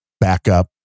backup